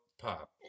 Pop